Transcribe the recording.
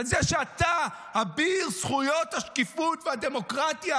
זה שאתה אביר זכויות השקיפות והדמוקרטיה,